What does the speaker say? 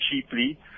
cheaply